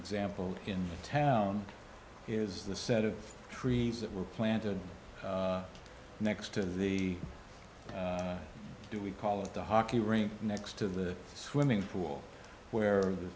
example in the town is the set of trees that were planted next to the do we call it the hockey rink next to the swimming pool where the